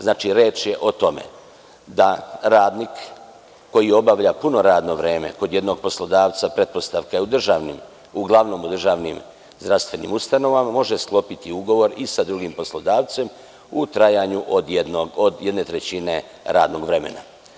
Znači reč je o tome, da radnik koji obavlja puno radno vreme kod jednog poslodavca pretpostavka je, uglavnom u državnim zdravstvenim ustanovama, može sklopiti ugovor i sa drugim poslodavcem u trajanju od jedne trećine radnog vremena.